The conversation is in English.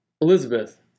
Elizabeth